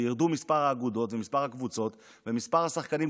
ירדו מספר האגודות ומספר הקבוצות ומספר השחקנים,